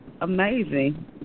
amazing